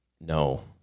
no